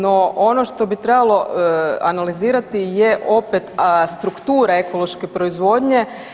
No ono što bi trebalo analizirati je opet struktura ekološke proizvodnje.